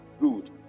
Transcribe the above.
Good